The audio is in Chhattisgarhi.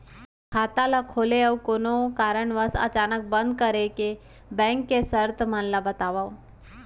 खाता ला खोले अऊ कोनो कारनवश अचानक बंद करे के, बैंक के शर्त मन ला बतावव